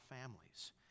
families